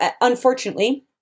unfortunately